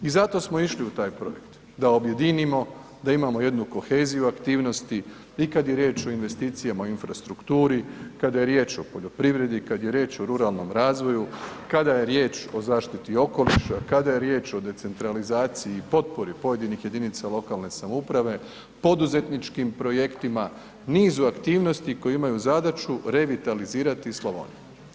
I zato smo išli u taj projekt, da objedinimo, da imamo jednu koheziju aktivnosti i kad je riječ o investicijama u infrastrukturi, kada je riječ o poljoprivredi, kada je riječ o ruralnom razvoju, kada je riječ o zaštiti okoliša, kada je riječ o decentralizaciji i potpori pojedinih jedinica lokalne samouprave, poduzetničkim projektima, nizu aktivnosti koji imaju zadaću revitalizirati Slavoniju.